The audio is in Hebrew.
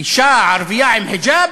אישה ערבייה עם חיג'אב,